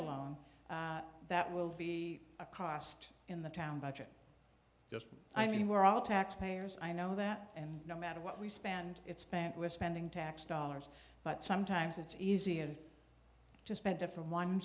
standalone that will be a cost in the town budget just i mean we're all taxpayers i know that and no matter what we spend it's spent we're spending tax dollars but sometimes it's easier to spend it from one